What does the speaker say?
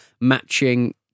matching